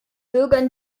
bürgern